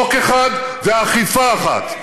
חוק אחד ואכיפה אחת.